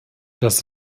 das